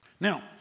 Now